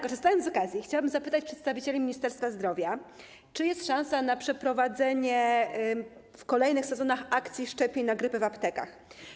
Korzystając z okazji, chciałabym zapytać przedstawicieli Ministerstwa Zdrowia, czy jest szansa na przeprowadzenie w kolejnych sezonach akcji szczepień przeciw grypie w aptekach.